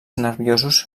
nerviosos